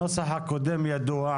הנוסח הקודם ידוע.